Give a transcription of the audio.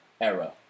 era